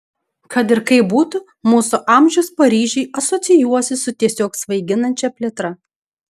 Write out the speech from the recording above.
kad ir kaip būtų mūsų amžius paryžiui asocijuosis su tiesiog svaiginančia plėtra